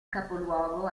capoluogo